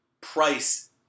price